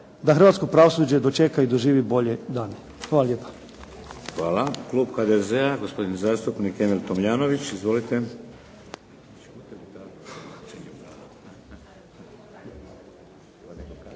da hrvatsko pravosuđe dočeka i doživi bolje dane. Hvala lijepa. **Šeks, Vladimir (HDZ)** Hvala. Klub HDZ-a, gospodin zastupnik Emil Tomljanović. Izvolite.